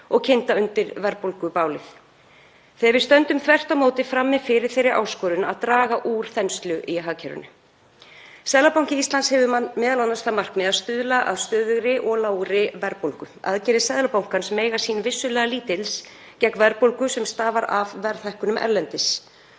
og kynda undir verðbólgubálið, nú þegar við stöndum þvert á móti frammi fyrir þeirri áskorun að draga úr þenslu í hagkerfinu. Seðlabanki Íslands hefur m.a. það markmið að stuðla að stöðugri og lágri verðbólgu. Aðgerðir Seðlabankans mega sín vissulega lítils gegn verðbólgu sem stafar af verðhækkunum erlendis.